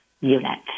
unit